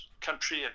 country